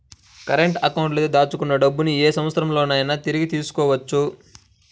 current అకౌంట్లో దాచుకున్న డబ్బుని యే సమయంలోనైనా తిరిగి తీసుకోవచ్చు